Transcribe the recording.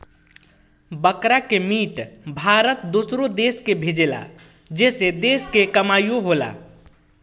बकरा के मीट भारत दूसरो देश के भेजेला जेसे देश के कमाईओ होता